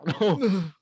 No